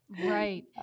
Right